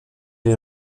les